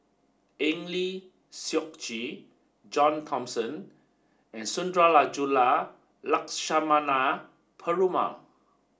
Eng Lee Seok Chee John Thomson and Sundarajulu Lakshmana Perumal